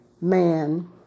Man